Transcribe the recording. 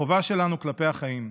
החובה שלנו כלפי החיים.